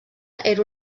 era